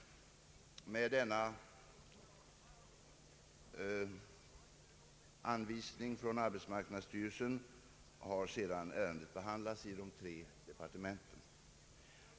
Med denna anvisning från arbetsmarknadsstyrelsen har «sedan ärendet behandlats i de tre departementen.